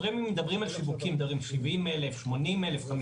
זה או לא